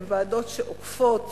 הן ועדות שעוקפות